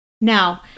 now